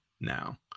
Now